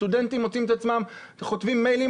הסטודנטים מוצאים את עצמם כתובים מיילים